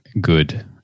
good